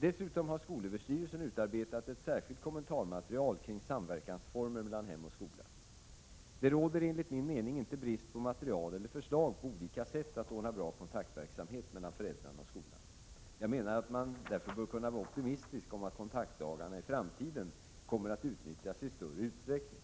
Dessutom har skolöverstyrelsen utarbetat ett särskilt kommentarmaterial kring samverkansformer mellan hem och skola. Det råder enligt min mening inte brist på material eller förslag på olika sätt att ordna bra kontaktverksamhet mellan föräldrarna och skolan. Jag menar att man bör kunna vara optimistisk om att kontaktdagarna i framtiden kommer att utnyttjas i större utsträckning.